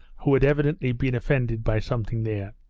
who had evidently been offended by something there.